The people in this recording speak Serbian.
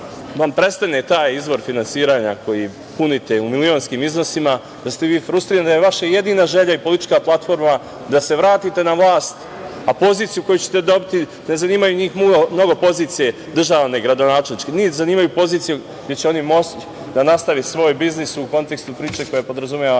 vam prestane taj izvor finansiranja koji punite u milionskim iznosima, da ste vi frustrirani, da je vaša jedina želja i politička platforma da se vratite na vlast, a poziciju koju ćete dobiti, ne zanimaju njih mnogo pozicije, državne, gradonačelničke, njih zanimaju pozicije gde će oni moći da nastave svoj biznis u kontekstu priče koja podrazumeva